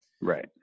Right